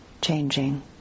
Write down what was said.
changing